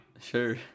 Sure